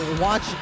watch